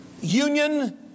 union